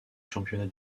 championnats